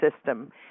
system